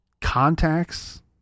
contacts